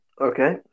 Okay